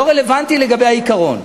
אבל לא רלוונטי לגבי העיקרון.